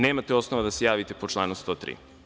Nemate osnova da se javite po osnovu član 103.